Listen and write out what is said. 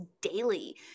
daily